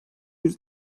yüz